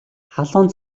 халуун